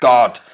God